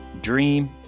dream